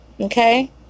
Okay